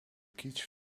kitch